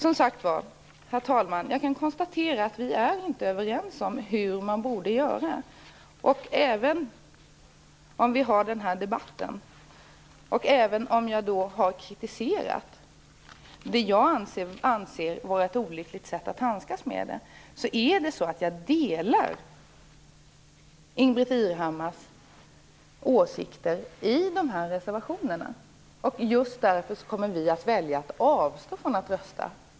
Som sagt var, herr talman, kan jag konstatera att vi inte är överens om hur man borde göra. Även om vi har den här debatten, och även om jag har kritiserat det jag anser vara ett olyckligt sätt att handskas med det här, delar jag Ingbritt Irhammars åsikter i reservationerna. Just därför kommer vi att välja att avstå från att rösta.